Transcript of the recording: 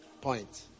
point